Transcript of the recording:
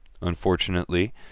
Unfortunately